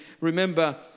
Remember